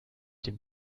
dem